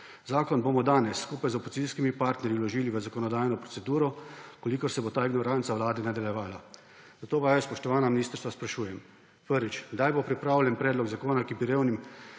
Zakon bomo danes, skupaj z opozicijskimi partnerji vložili v zakonodajno proceduro, če se bo ta ignoranca Vlade nadaljevala. Zato vaju, spoštovana ministrstva, sprašujem, prvič: Kdaj bo pripravljen predlog zakona, ki bi revnim